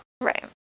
Right